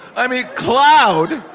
i mean, cloud.